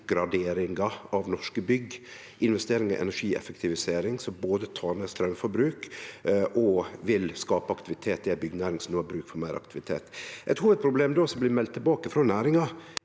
energioppgraderinga av norske bygg, investeringar i energieffektivisering, som både tek ned straumforbruk og vil skape aktivitet i ei byggenæring som no har bruk for meir aktivitet. Eit hovudproblem då som blir meldt tilbake frå næringa,